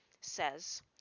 says